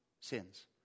sins